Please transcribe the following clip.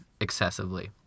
excessively